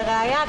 ולראיה,